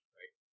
right